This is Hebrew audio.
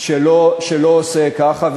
שלא עושה ככה.